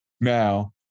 Now